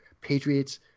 Patriots